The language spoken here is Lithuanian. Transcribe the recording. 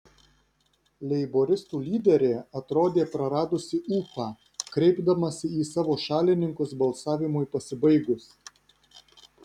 leiboristų lyderė atrodė praradusį ūpą kreipdamasi į savo šalininkus balsavimui pasibaigus